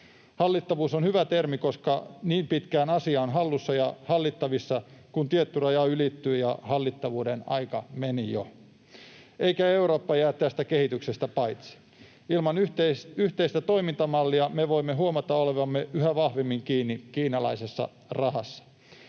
”Hallittavuus” on hyvä termi, koska niin pitkään asia on hallussa ja hallittavissa, kunnes tietty raja ylittyy ja hallittavuuden aika meni jo. Eikä Eurooppa jää tästä kehityksestä paitsi. Ilman yhteistä toimintamallia me voimme huomata olevamme yhä vahvemmin kiinni kiinalaisessa rahassa.